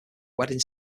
wedding